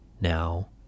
now